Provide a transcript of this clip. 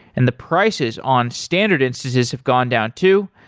and the prices on standard instances have gone down too.